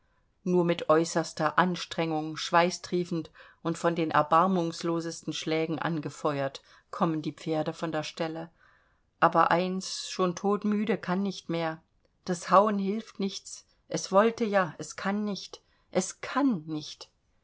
nur mit äußerster anstrengung schweißtriefend und von den erbarmungslosesten schlägen angefeuert kommen die pferde von der stelle aber eins schon todmüde kann nicht mehr das hauen hilft nichts es wollte ja es kann nicht es kann nicht